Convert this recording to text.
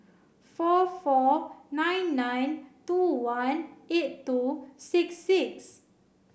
four four nine nine two one eight two six six